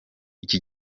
iki